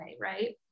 right